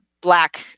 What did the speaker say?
Black